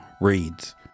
reads